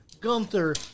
Gunther